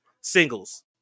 Singles